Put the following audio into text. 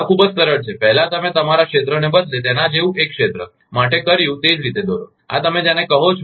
આ ખૂબ જ સરળ છે પહેલા તમે તમારા ક્ષેત્રના બદલે તેના જેવું એક ક્ષેત્ર સિસ્ટમ માટે કર્યું તે જ રીતે દોરો આ તમે જેને કહો છો